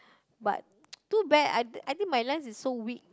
but too bad I I think my lens is so weak